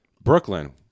Brooklyn